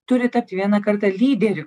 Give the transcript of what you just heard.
turi tapt vieną kartą lyderiu